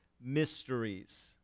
mysteries